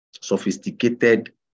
sophisticated